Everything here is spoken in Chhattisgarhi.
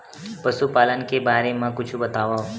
पशुपालन के बारे मा कुछु बतावव?